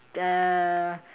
the